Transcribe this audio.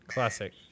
Classic